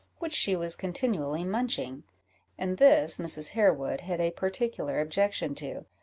which she was continually munching and this mrs. harewood had a particular objection to,